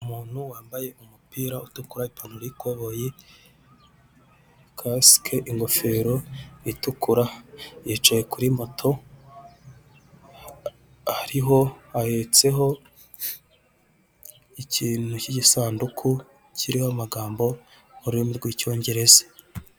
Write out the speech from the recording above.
Ni inyubako iri i Remera inyubako ziri I Remera ni nyinshi harimo amazu abaturage batuyemo hari amazu agaragara ko ari ay'ubucuruzi mbese hari amazu menshi hari ibiti byiza bihateye bigaragara ko hari amahumbezi arasa neza hanyuma icyo mbona bari bagiye kutwereka ni nyubako y'ipara resito bare cyangwa se kuri resitora na bale yitwa impala nibo baba bari kuturangira.